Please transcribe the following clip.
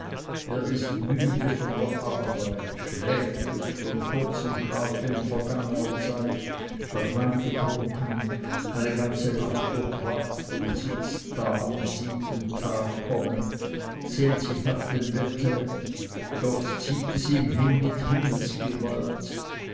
er ist müde von der arbeit schläfrig von kurzem schlafe in vergangener zeit hat wein getrunken eine nacht ganz durchwacht und sitzt da und sieht den tag kommen sehnt sich nach dem bette dorthin zieht es ihn mit